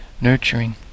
nurturing